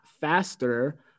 faster